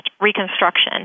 reconstruction